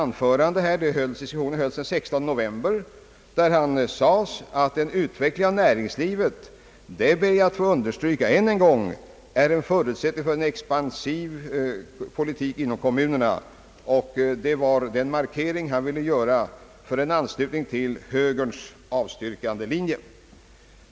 Larsson underströk i sitt anförande den 16 november i fjol att en utveckling av näringslivet är en förutsättning för en expansiv politik inom kommunerna. Det var den markering han ville göra för en anslutning till högerns avsiyrkandelinje.